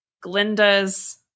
Glinda's